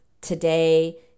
today